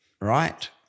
right